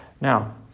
Now